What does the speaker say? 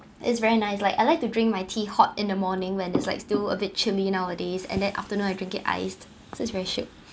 it's very nice like I like to drink my tea hot in the morning when it's like still a bit chilly nowadays and then afternoon I drink it iced so it's very shiok